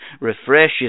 refreshes